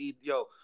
Yo